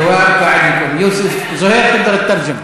התשובה: דאגתי לכם, יוסף, זוהיר, אתה יכול לתרגם.)